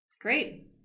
Great